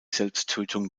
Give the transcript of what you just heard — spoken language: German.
selbsttötung